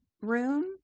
room